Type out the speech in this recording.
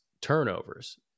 turnovers